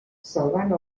salvant